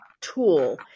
tool